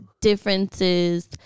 differences